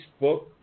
Facebook